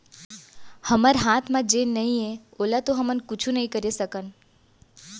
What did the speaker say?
हमर हाथ म जेन नइये ओला तो हमन कुछु नइ करे सकन